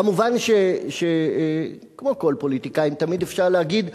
כמובן, כמו כל הפוליטיקאים, תמיד אפשר להגיד: